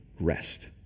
rest